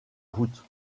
route